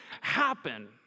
happen